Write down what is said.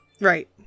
right